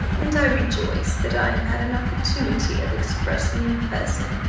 and i rejoice that i have had an opportunity of expressing, in person,